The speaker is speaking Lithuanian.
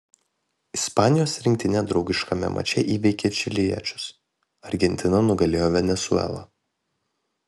ispanijos rinktinė draugiškame mače įveikė čiliečius argentina nugalėjo venesuelą